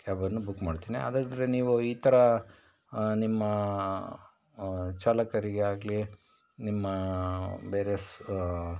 ಕ್ಯಾಬನ್ನು ಬುಕ್ ಮಾಡ್ತೀನಿ ಹಾಗಾದರೆ ನೀವು ಈ ಥರ ನಿಮ್ಮ ಚಾಲಕರಿಗೆ ಆಗಲಿ ನಿಮ್ಮ ಬೇರೆ ಸ್